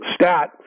stat